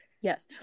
yes